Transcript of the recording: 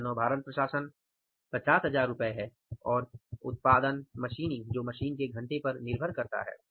यह नौभारण प्रशासन 50000 रु है और उत्पादन मशीनिंग जो मशीन के घंटों पर निर्भर करता है